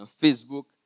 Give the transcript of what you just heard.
Facebook